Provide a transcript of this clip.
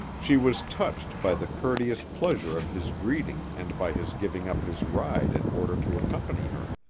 she was touched by the courteous pleasure of his greeting and by his giving up his ride in order to accompany her.